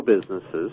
businesses